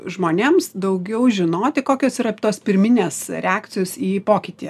žmonėms daugiau žinoti kokios yra tos pirminės reakcijos į pokytį